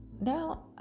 now